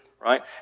right